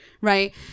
Right